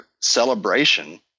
celebration